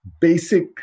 basic